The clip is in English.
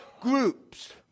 groups